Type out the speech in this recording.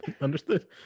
Understood